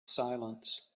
silence